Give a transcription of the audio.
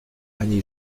annie